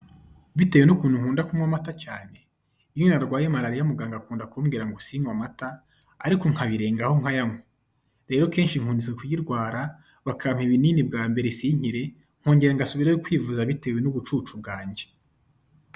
Bitewe n'ukuntu nkunda kunywa amata cyane, iyo narwaye maraliya muganga akunze kumbwira ngo sinywe amata ariko nkabirengaho nkayanywa, rero kenshi nkunze kuyirwara bakampa ibinini bwa mbere sinkire, nkongera ngasubirayo kwivuza bitewen'ubucucu bwange.